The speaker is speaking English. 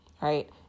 right